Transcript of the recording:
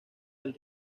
del